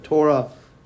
Torah